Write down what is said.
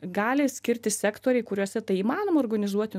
gali skirtis sektoriai kuriuose tai įmanoma organizuoti